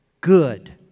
good